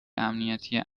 عملیاتی